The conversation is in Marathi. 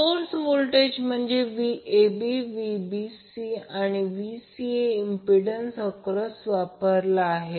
सोर्स व्होल्टेज म्हणजेच Vab Vbc आणि Vca इम्पिडंन्स एक्रॉस वापरला आहे